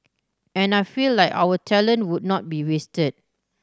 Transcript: and I feel like our talent would not be wasted